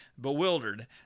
bewildered